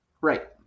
Right